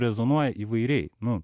rezonuoja įvairiai nu